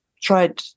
tried